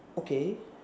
okay